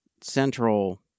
central